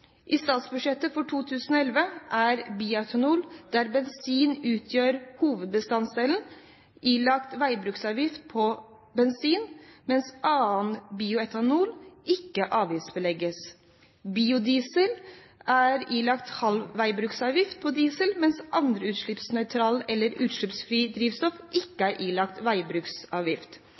I statsbudsjettet for 2011 er bioetanol der bensin utgjør hovedbestanddelen, ilagt veibruksavgift på bensin, mens annen bioetanol ikke avgiftsbelegges. Biodiesel er ilagt halv veibruksavgift på diesel, mens andre utslippsnøytrale eller utslippsfrie drivstoff ikke er ilagt veibruksavgift,